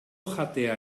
jatea